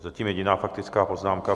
Zatím jediná faktická poznámka.